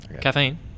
caffeine